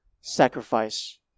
sacrifice